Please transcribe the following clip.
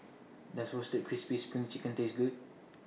Does Roasted Crispy SPRING Chicken Taste Good